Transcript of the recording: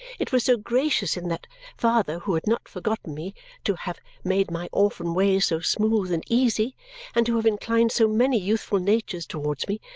it was so gracious in that father who had not forgotten me to have made my orphan way so smooth and easy and to have inclined so many youthful natures towards me,